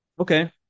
Okay